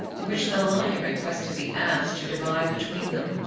which the lion requested the ass to divide between them.